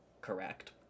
Correct